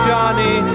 Johnny